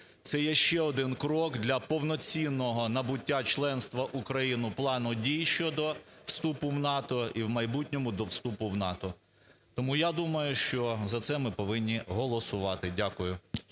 Це є ще один крок для повноцінного набуття членства України, Плану дій щодо вступу в НАТО і в майбутньому до вступу в НАТО. Тому я думаю, що за це ми повинні голосувати. Дякую.